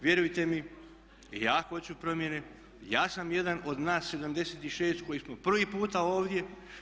Vjerujte mi i ja hoću promjene, ja sam jedan od nas 76 koji smo prvi puta ovdje.